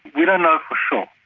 we don't know for sure,